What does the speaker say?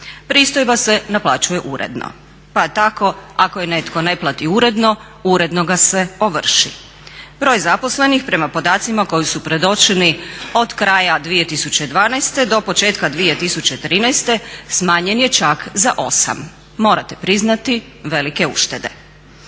Pristojba se naplaćuje uredno, pa tako ako je netko ne plati uredno, uredno ga se ovrši. Broj zaposlenih prema podacima koji su predočeni od kraja 2012. do početka 2013. smanjen je čak za 8. Morate priznati velike uštede.